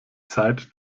zeit